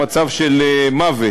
במצב של מוות,